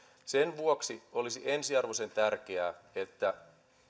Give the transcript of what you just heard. sen vuoksi olisi ensiarvoisen tärkeää että